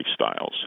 lifestyles